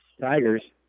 Tigers